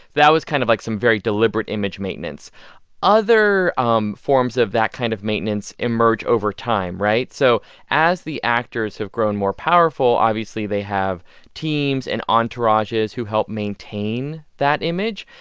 that was kind of, like, some very deliberate image maintenance other um forms of that kind of maintenance emerge over time, right? so as the actors have grown more powerful, obviously, they have teams and entourages who help maintain that image.